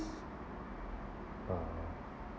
s~ uh